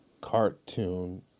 cartoon